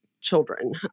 children